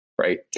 right